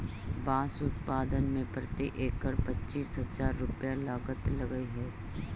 बाँस उत्पादन में प्रति एकड़ पच्चीस हजार रुपया लागत लगऽ हइ